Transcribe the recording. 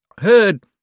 heard